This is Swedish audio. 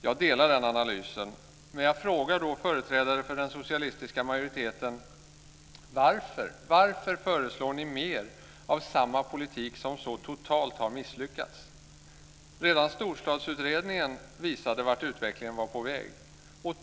Jag delar den analysen men jag frågar företrädare för den socialistiska majoriteten: Varför föreslår ni mer av samma politik som ju så totalt har misslyckats? Redan Storstadsutredningen visade vart utvecklingen var på väg.